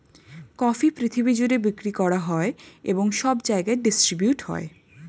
coffee পৃথিবী জুড়ে বিক্রি করা হয় এবং সব জায়গায় ডিস্ট্রিবিউট হয়